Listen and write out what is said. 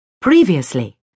Previously